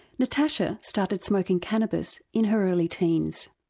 natasha started smoking cannabis in her early teens.